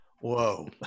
Whoa